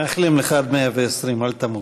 מאחלים לך עד מאה-ועשרים, אל תמות.